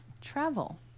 travel